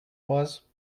was